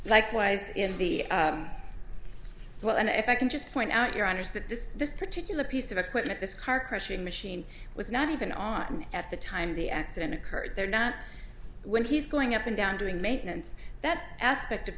likewise in the well and if i can just point out your honour's that this particular piece of equipment this car crushing machine was not even on at the time the accident occurred there not when he's going up and down during maintenance that aspect of the